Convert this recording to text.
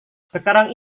sekarang